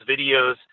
videos